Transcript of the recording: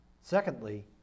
Secondly